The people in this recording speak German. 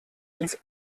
ins